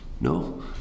No